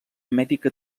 mèdica